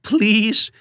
Please